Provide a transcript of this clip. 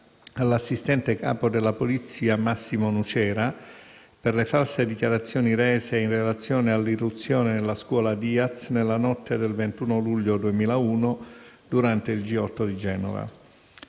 all'assistente capo della Polizia, Massimo Nucera, per le false dichiarazioni rese in relazione all'irruzione nella scuola Diaz nella notte del 21 luglio 2001, durante il G8 di Genova.